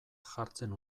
jartzen